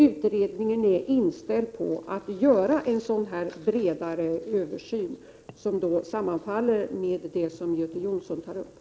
Utredningen är inställd på att göra en bredare översyn, vilket alltså sammanfaller med det Göte Jonsson tog upp.